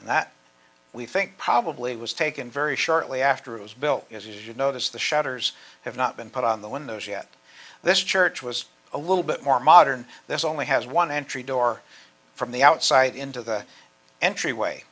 that we think probably was taken very shortly after it was built as you notice the shutters have not been put on the windows yet this church was a little bit more modern there's only has one entry door from the outside into the entryway